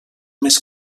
més